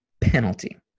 penalty